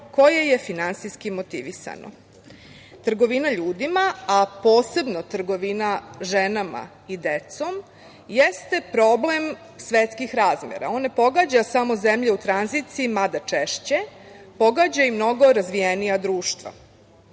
koje je finansijski motivisano. Trgovina ljudima, a posebno trgovina ženama i decom, jeste problem svetskih razmera. On ne pogađa samo zemlje u tranziciji, mada češće, pogađa i mnogo razvijenija društva.